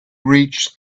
reached